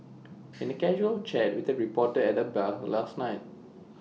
any casual chat with the reporter at the bar last night